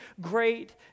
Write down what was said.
great